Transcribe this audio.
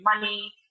money